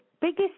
biggest